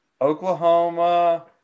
Oklahoma